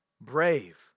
brave